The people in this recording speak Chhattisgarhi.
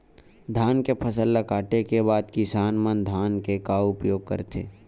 धान के फसल ला काटे के बाद किसान मन धान के का उपयोग करथे?